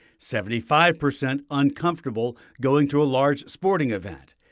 seventy five percent uncomfortable going to a large sporting event,